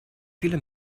viele